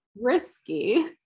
risky